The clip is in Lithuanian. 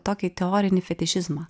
tokį teorinį fetišizmą